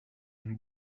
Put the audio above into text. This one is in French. une